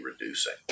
reducing